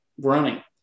running